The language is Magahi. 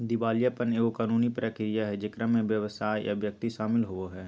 दिवालियापन एगो कानूनी प्रक्रिया हइ जेकरा में व्यवसाय या व्यक्ति शामिल होवो हइ